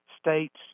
states